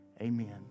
amen